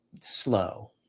slow